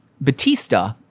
batista